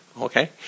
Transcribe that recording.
Okay